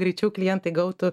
greičiau klientai gautų